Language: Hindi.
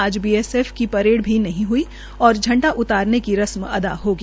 आज बीएसएफ की परेड भी नहीं हई और झंडा उतारने की रस्म अदा होगी